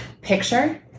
picture